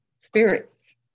Spirits